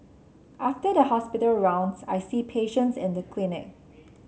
after the hospital rounds I see patients in the clinic